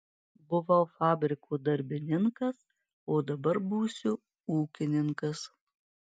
buvau fabriko darbininkas o dabar būsiu ūkininkas